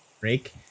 break